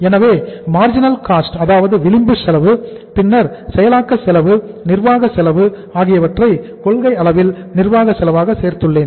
எனவே marginal cost அதாவது விளிம்பு செலவு பின்னர் செயலாக்க செலவு மற்றும் நிர்வாக செலவு ஆகியவற்றை கொள்கை அளவில் நிர்வாக செலவாக சேர்த்துள்ளேன்